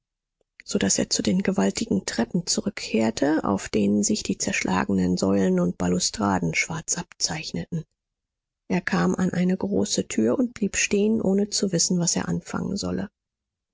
so daß er zu den gewaltigen treppen zurückkehrte auf denen sich die zerschlagenen säulen und balustraden schwarz abzeichneten er kam an eine große tür und blieb stehen ohne zu wissen was er anfangen solle